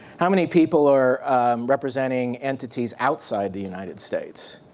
how many people are representing entities outside the united states?